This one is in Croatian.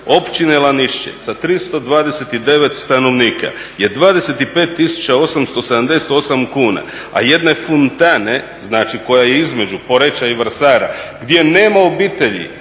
Općine Lanište sa 329 stanovnika je 25.878 kuna, a jedne Funtane koja je između Poreča i Vrsara gdje nema obitelji,